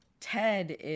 Ted